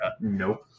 Nope